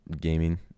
gaming